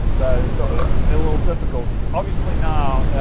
that is ah a little difficult obviously now,